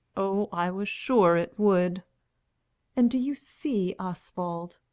oh, i was sure it would and do you see, oswald,